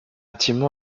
intimement